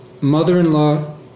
mother-in-law